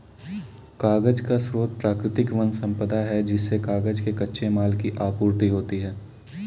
कागज का स्रोत प्राकृतिक वन सम्पदा है जिससे कागज के कच्चे माल की आपूर्ति होती है